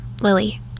Lily